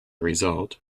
result